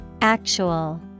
Actual